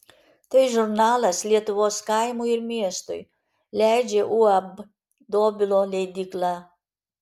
tai žurnalas lietuvos kaimui ir miestui leidžia uab dobilo leidykla